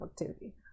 activity